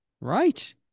Right